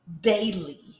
daily